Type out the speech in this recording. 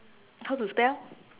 how to spell